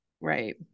right